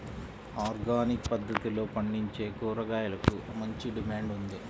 organic పద్దతిలో పండించే కూరగాయలకు మంచి డిమాండ్ ఉంది